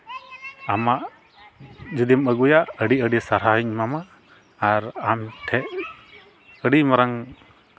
ᱟᱢᱟᱜ ᱡᱩᱫᱤᱢ ᱟᱹᱜᱩᱭᱟ ᱟᱹᱰᱤ ᱟᱹᱰᱤ ᱥᱟᱨᱦᱟᱣᱤᱧ ᱮᱢᱟᱢᱟ ᱟᱨ ᱟᱢ ᱴᱷᱮᱡ ᱟᱹᱰᱤ ᱢᱟᱨᱟᱝ